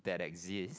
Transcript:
that exist